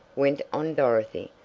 went on dorothy.